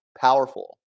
powerful